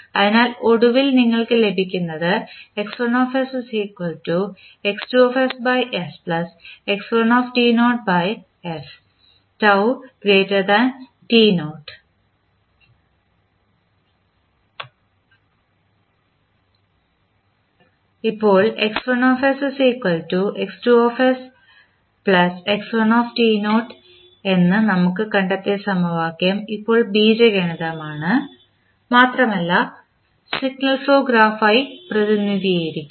അതിനാൽ ഒടുവിൽ നിങ്ങൾക്ക് ലഭിക്കുന്നത് ഇപ്പോൾ X1sX2sx1 എന്ന് നമ്മൾ കണ്ടെത്തിയ സമവാക്യം ഇപ്പോൾ ബീജഗണിതമാണ് മാത്രമല്ല സിഗ്നൽ ഫ്ലോ ഗ്രാഫ് ആയി പ്രതിനിധീകരിക്കാം